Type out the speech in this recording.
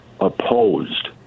opposed